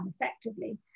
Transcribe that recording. effectively